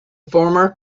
former